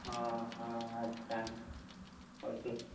ଓହୋ ଆଚ୍ଛା ହଉ ଠିକ୍